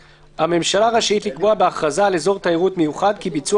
(ד)הממשלה רשאית לקבוע בהכרזה על אזור תיירות מיוחד כי ביצוע